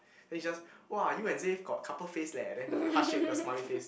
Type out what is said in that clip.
then he just !wah! you and Xav got couple face leh then the heart shape the smiley face